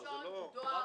לפחות במסות גדולות מאוד.